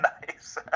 nice